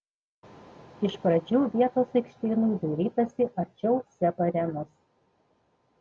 iš pradžių vietos aikštynui dairytasi arčiau seb arenos